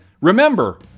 remember